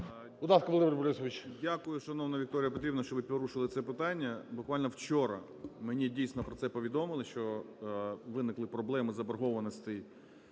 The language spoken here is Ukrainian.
ласка, Володимир Борисович.